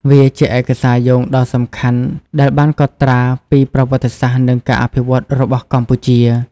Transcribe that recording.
វាជាឯកសារយោងដ៏សំខាន់ដែលបានកត់ត្រាពីប្រវត្តិសាស្ត្រ និងការអភិវឌ្ឍន៍របស់កម្ពុជា។